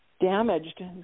damaged